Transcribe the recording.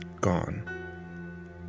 gone